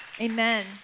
Amen